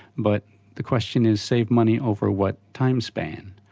but the question is save money over what time span?